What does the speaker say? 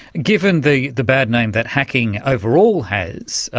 given the the bad name that hacking overall has,